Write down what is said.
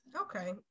okay